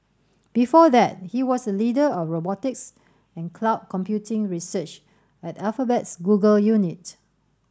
before that he was the leader of robotics and cloud computing research at Alphabet's Google unit